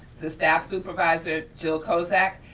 the staff supervisor, gil cosec,